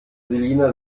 selina